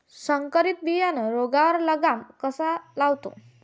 संकरीत बियानं रोगावर लगाम कसा लावते?